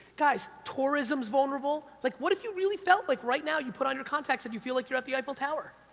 guys, tourism's vulnerable. like, what if you really felt like right now, you put on your contacts and you feel like you're at the eiffel tower?